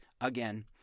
again